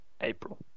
April